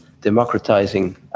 democratizing